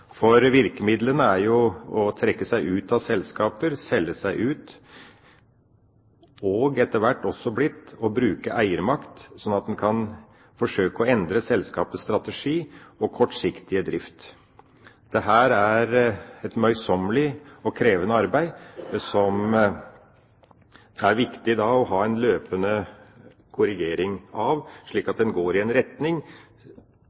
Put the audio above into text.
Virkemidlene er å trekke seg ut av selskaper, selge seg ut. Etter hvert har det også blitt å bruke eiermakt, slik at en kan forsøke å endre selskapets strategi og kortsiktige drift. Dette er et møysommelig og krevende arbeid som det er viktig å ha en løpende korrigering av, slik